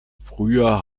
früher